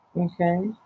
okay